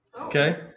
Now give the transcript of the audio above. Okay